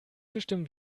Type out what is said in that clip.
bestimmen